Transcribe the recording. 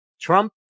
Trump